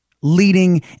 Leading